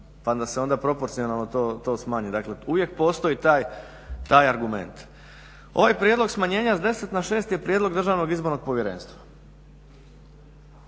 pa da se onda proporcionalno to smanji. Dakle, uvijek postoji taj argument. Ovaj prijedlog smanjenja s 10 na 6 je prijedlog državnog izbornog povjerenstva.